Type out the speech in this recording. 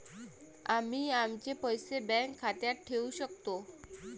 आम्ही आमचे पैसे बँक खात्यात ठेवू शकतो